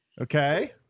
okay